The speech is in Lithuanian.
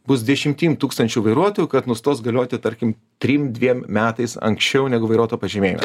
bus dešimtim tūkstančių vairuotojų kad nustos galioti tarkim trim dviem metais anksčiau negu vairuoto pažymėjimas